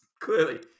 clearly